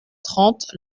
trente